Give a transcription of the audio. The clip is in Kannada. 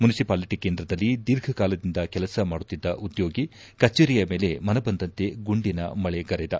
ಮುನಿಸಿಪಾಲಿಟಿ ಕೇಂದ್ರದಲ್ಲಿ ದೀರ್ಘಕಾಲದಿಂದ ಕೆಲಸ ಮಾಡುತ್ತಿದ್ದ ಉದ್ಯೋಗಿ ಕಚೇರಿಯ ಮೇಲೆ ಮನಬಂದಂತೆ ಗುಂಡಿನ ಮಳೆಗರೆದ